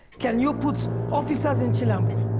can you put officers in chilambwe?